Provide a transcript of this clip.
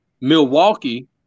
Milwaukee